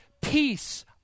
peace